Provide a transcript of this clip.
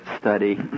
study